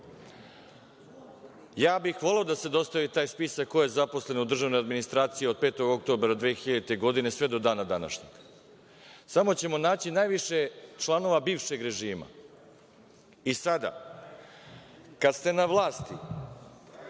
bih voleo da se dostavi taj spisak ko je zaposlen u državnoj administraciji od 5. oktobra 2000. godine, sve do dana današnjeg. Samo ćemo naći najviše članova bivšeg režima. Sada, kad ste na vlasti